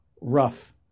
rough